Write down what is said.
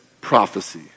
prophecy